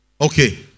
Okay